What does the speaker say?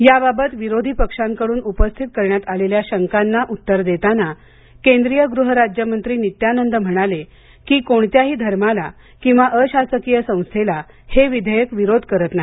याबाबत विरोधी पक्षांकडून उपस्थित करण्यात आलेल्या शंकांना उत्तर देताना केंद्रीय गृह राज्यमंत्री नित्यानंद म्हणाले की कोणत्याही धर्माला किंवा अशासकीय संस्थेला हे विधेयक विरोध करत नाही